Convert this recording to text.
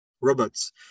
robots